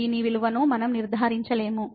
దీని విలువను మనం నిర్ధారించలేము